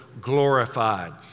glorified